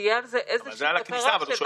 וסדנאות שונות